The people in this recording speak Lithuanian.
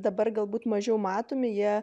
dabar galbūt mažiau matomi jie